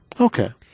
Okay